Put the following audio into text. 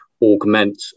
augment